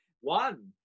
One